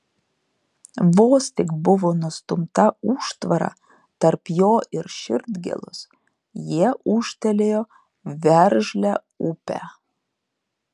vos tik buvo nustumta užtvara tarp jo ir širdgėlos jie ūžtelėjo veržlia upe